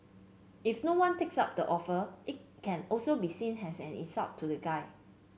if no one takes up the offer it can also be seen as an insult to the guy